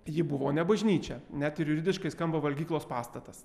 ji buvo ne bažnyčia net ir juridiškai skamba valgyklos pastatas